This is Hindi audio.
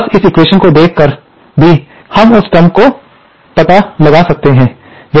बस इस एक्वेशन्स को देख कर भी हम उस टर्म को पा सकते हैं